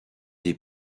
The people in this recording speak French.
des